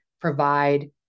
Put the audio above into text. provide